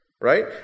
right